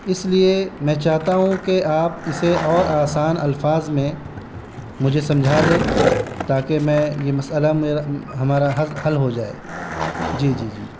اس لیے میں چاہتا ہوں کہ آپ اسے اور آسان الفاظ میں مجھے سمجھا دیں تاکہ میں یہ مسئلہ میرا ہمارا حل حل ہو جائے جی جی جی